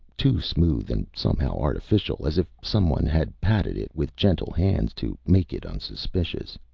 too smooth and somehow artificial, as if someone had patted it with gentle hands to make it unsuspicious.